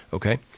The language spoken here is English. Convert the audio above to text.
ok?